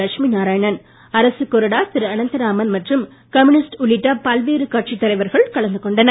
லட்சுமி நாராயணன் அரசுக் கொறடா திரு அனந்தராமன் மற்றும் கம்யூனிஸ்ட் உள்ளிட்ட பல்வேறு கட்சி தலைவர்கள் கலந்து கொண்டனர்